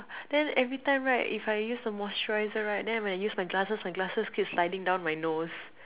then every time right if I use the moisturizer right then when I use my glasses my glasses keep sliding down my nose